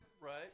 Right